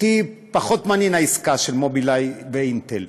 אותי פחות מעניינת העסקה של "מובילאיי" ו"אינטל".